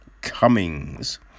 Cummings